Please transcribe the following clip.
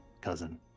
cousin